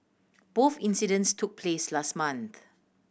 both incidents took place last month